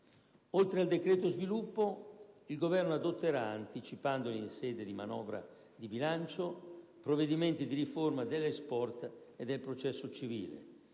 Oltre al decreto sviluppo, il Governo adotterà, anticipandoli in sede di manovra di bilancio, provvedimenti di riforma dell'*export* e del processo civile.